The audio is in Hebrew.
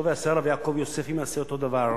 טוב יעשה הרב יעקב יוסף אם יעשה אותו דבר,